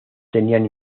tenían